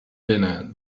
dinner